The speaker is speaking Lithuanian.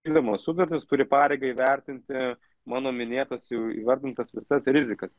kilimo sutartis turi pareigą įvertinti mano minėtas jau įvardintas visas rizikas